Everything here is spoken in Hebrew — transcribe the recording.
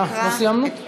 לא סיימנו?